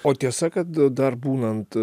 o tiesa kad dar būnant